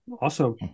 awesome